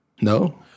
No